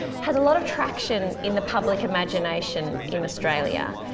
has a lot of traction in the public imagination in australia.